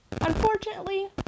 unfortunately